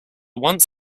once